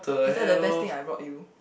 is that the best thing I brought you